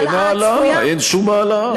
אין העלאה, אין שום העלאה.